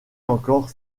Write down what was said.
encore